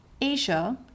Asia